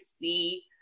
see